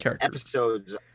episodes